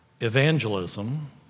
Evangelism